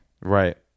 Right